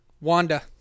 Wanda